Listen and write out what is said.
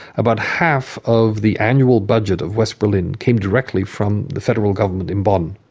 about half of the annual budget of west berlin came directly from the federal government in bonn.